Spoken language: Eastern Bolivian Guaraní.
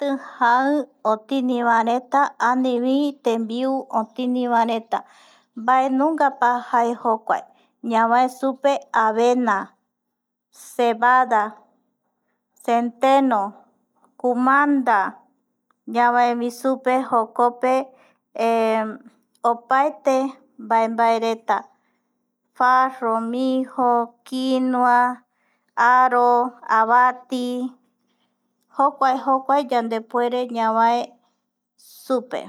Jai otinivaereta anivi tembiu otinivivaereta, mbae nungapajae jokuae, ñavae supe avena, cebada, centeno, kumanda, ñavaevi supe jokope opaete mbae, mbaereta, farro, mirro, quinua, aro, avati, jokua, jokua yandepuere ñavae supe